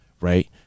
right